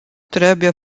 trebuie